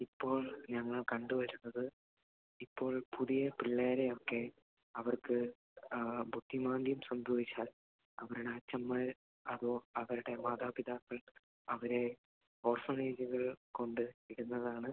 ഇപ്പോൾ ഞങ്ങൾ കണ്ട് വരുന്നത് ഇപ്പോൾ പുതിയ പിള്ളേരെയൊക്കെ അവർക്ക് ആ ബുദ്ധിമാന്ദ്യം സംഭവിച്ചാൽ അവരുടെ അച്ഛന്മാർ അതോ അവരുടെ മാതാപിതാക്കൾ അവരെ ഓർഫണേജ്കളിൽ കൊണ്ട് ഇടുന്നതാണ്